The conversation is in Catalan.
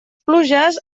pluges